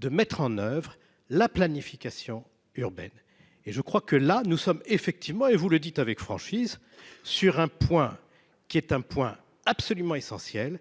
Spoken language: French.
de mettre en oeuvre la planification urbaine et je crois que là nous sommes effectivement, et vous le dites avec franchise sur un point qui est un point absolument essentiel